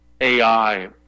AI